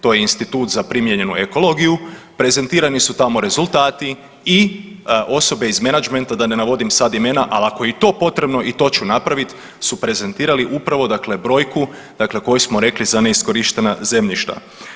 To je institut za primijenjenu ekologiju, prezentirani su tamo rezultati i osobe iz menadžmenta da ne navodim sad imena, al ako je i to potrebno i to ću napravit, su prezentirali upravo dakle brojku dakle koju smo rekli za neiskorištena zemljišta.